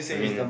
I mean